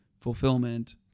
fulfillment